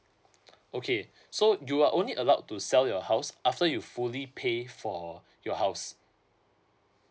okay so you are only allowed to sell your house after you fully pay for your house